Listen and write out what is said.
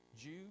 Jew